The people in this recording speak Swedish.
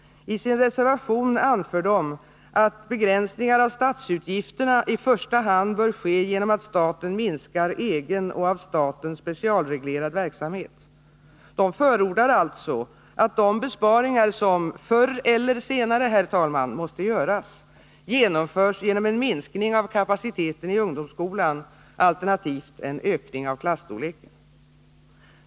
I sin reservation anför de att begränsningar av statsutgifterna i första hand bör ske genom att staten minskar egen och av staten specialreglerad verksamhet. De förordar alltså att de besparingar som — förr eller senare, herr talman — måste göras, genomförs genom en minskning av kapaciteten i ungdomsskolan, alternativt en ökning av klasstorleken.